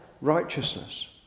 righteousness